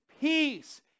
peace